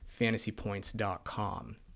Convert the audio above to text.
fantasypoints.com